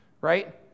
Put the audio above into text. right